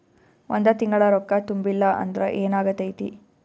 ಒಂದ ತಿಂಗಳ ರೊಕ್ಕ ತುಂಬಿಲ್ಲ ಅಂದ್ರ ಎನಾಗತೈತ್ರಿ?